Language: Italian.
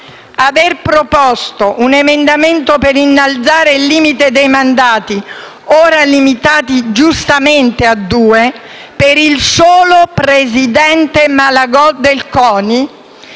Aver proposto un emendamento per innalzare il limite dei mandati, ora limitati giustamente a due, per il solo presidente Malagò del CONI,